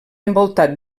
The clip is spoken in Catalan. envoltat